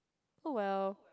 oh well